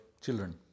children